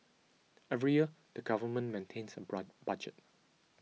every year the government maintains a budget